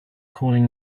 calling